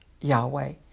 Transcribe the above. Yahweh